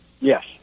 Yes